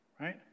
right